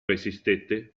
resistette